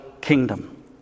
kingdom